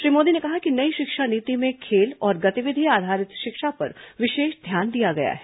श्री मोदी ने कहा कि नई शिक्षा नीति में खेल और गतिविधि आधारित शिक्षा पर विशेष ध्यान दिया गया है